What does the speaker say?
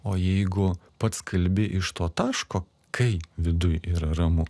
o jeigu pats kalbi iš to taško kai viduj yra ramu